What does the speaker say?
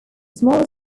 smaller